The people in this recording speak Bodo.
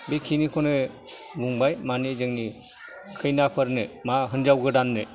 बेखिनिखौनो बुंबाय माने जोंनि खैनाफोरनो मा हिन्जाव गोदाननो